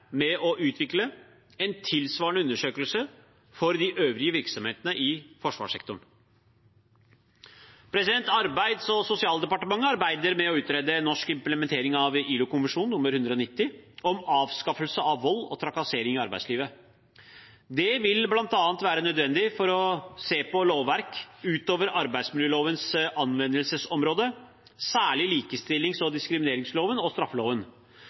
med å utvikle en tilsvarende undersøkelse for de øvrige virksomhetene i forsvarssektoren. Arbeids- og sosialdepartementet arbeider med å utrede norsk implementering av ILO-konvensjon nr. 190 om avskaffelse av vold og trakassering i arbeidslivet. Det vil bl.a. være nødvendig å se på lovverk utover arbeidsmiljølovens anvendelsesområde, særlig likestillings- og diskrimineringsloven og straffeloven.